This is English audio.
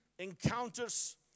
encounters